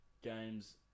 games